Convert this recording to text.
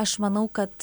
aš manau kad